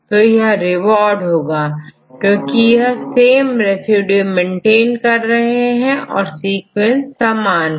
तो यह रिवॉर्ड होगा क्योंकि यहां एक समान रेसिड्यू मेंटेन हो रहे हैं और सीक्वेंस समान है